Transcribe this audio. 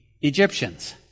Egyptians